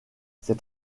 c’est